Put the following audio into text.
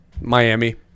Miami